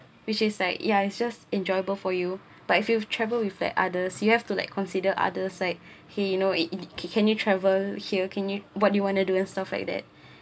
which is like ya it's just enjoyable for you but if you travel with like others you have to like consider others like he you know it it can you travel here can you what do you want to do and stuff like that